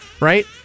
right